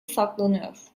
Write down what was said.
saklanıyor